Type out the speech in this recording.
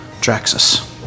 Draxus